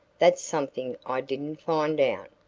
that's something i didn't find out.